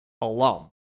alum